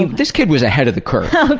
and this kid was ahead of the curve.